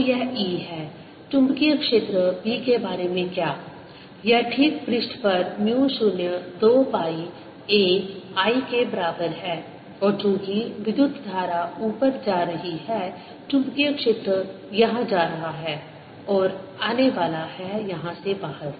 तो यह E है चुंबकीय क्षेत्र B के बारे में क्या यह ठीक पृष्ठ पर म्यू 0 2 पाई a I के बराबर है और चूंकि विद्युत धारा ऊपर जा रही है चुंबकीय क्षेत्र यहाँ जा रहा है और आने वाला है यहाँ से बाहर